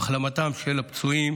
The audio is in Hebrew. להחלמתם של הפצועים